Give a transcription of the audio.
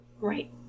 Right